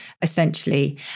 essentially